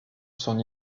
son